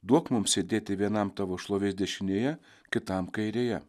duok mums sėdėti vienam tavo šlovės dešinėje kitam kairėje